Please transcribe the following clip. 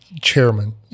chairman